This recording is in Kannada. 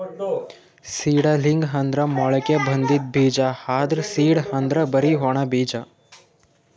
ಸೀಡಲಿಂಗ್ ಅಂದ್ರ ಮೊಳಕೆ ಬಂದಿದ್ ಬೀಜ, ಆದ್ರ್ ಸೀಡ್ ಅಂದ್ರ್ ಬರಿ ಒಣ ಬೀಜ